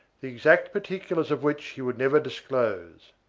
the exact particulars of which he would never disclose.